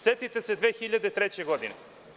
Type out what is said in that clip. Setite se 2003. godine.